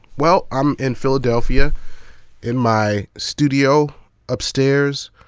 well, i'm in philadelphia in my studio upstairs,